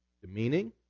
demeaning